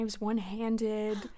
one-handed